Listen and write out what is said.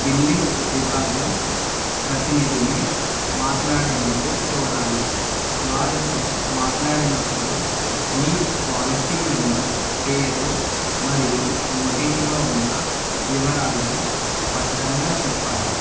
billing విభాగం ప్రతినిధిని మాట్లాడేందుకు కోరాలి వారితో మాట్లాడినప్పుడు మీ పాలసీ నెంబర్ పేరు మరియు నోటీసులో ఉన్న వివరాలను స్పష్టంగా చెప్పాలి